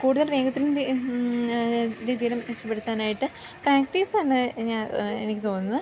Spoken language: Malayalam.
കൂടുതൽ വേഗത്തിലും രീതിയിലും പ്രാക്ടീസ് തന്നെയാണെന്നാണ് എനിക്ക് തോന്നുന്നത്